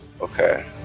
Okay